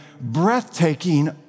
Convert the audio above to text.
breathtaking